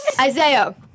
Isaiah